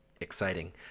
exciting